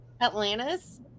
Atlantis